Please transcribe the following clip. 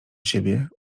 siebie